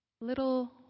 Little